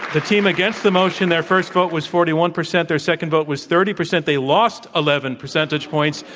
the team against the motion, their first vote was forty one percent. their second vote was thirty percent. they lost eleven percentage points.